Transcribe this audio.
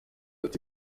ati